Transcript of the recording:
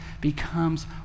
becomes